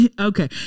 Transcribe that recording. Okay